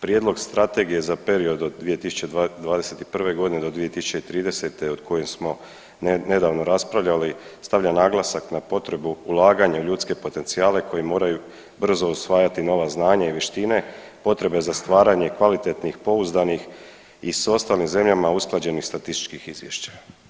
Prijedlog Strategije za period od 2021. do 2030. o kojem smo nedavno raspravljali stavlja naglasak na potrebu ulaganja u ljudske potencijale koji moraju brzo usvajati nova znanja i vještine, potrebe za stvaranje kvalitetnih, pouzdanih i s ostalim zemljama usklađenih statističkih izvješća.